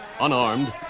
unarmed